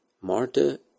Marta